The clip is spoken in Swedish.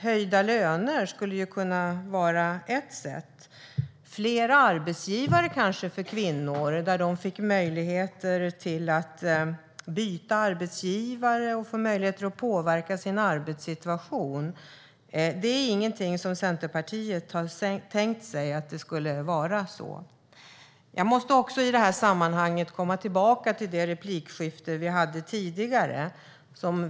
Höjda löner skulle kunna vara ett sätt, och kanske fler arbetsgivare för kvinnor där de fick möjligheter att byta arbetsgivare och påverka sin arbetssituation. Att det skulle vara så är ingenting som Vänsterpartiet tänkt sig. Jag måste i sammanhanget komma tillbaka till det replikskifte vi hade tidigare.